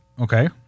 Okay